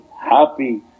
happy